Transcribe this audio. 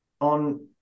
on